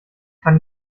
kann